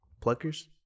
Pluckers